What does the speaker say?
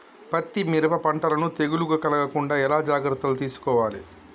పత్తి మిరప పంటలను తెగులు కలగకుండా ఎలా జాగ్రత్తలు తీసుకోవాలి?